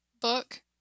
book